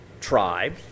tribe